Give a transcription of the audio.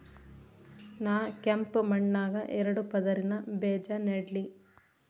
ನಾ ಕೆಂಪ್ ಮಣ್ಣಾಗ ಎರಡು ಪದರಿನ ಬೇಜಾ ನೆಡ್ಲಿ?